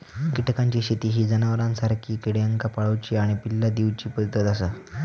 कीटकांची शेती ही जनावरांसारखी किड्यांका पाळूची आणि पिल्ला दिवची पद्धत आसा